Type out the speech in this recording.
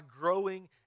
growing